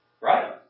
Right